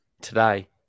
today